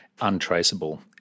untraceable